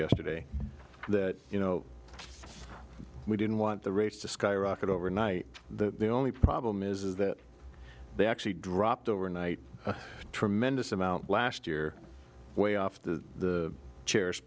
yesterday that you know we didn't want the rates to skyrocket overnight the only problem is that they actually dropped overnight tremendous amount last year way off the chairs